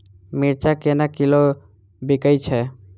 मिर्चा केना किलो बिकइ छैय?